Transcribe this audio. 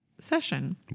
session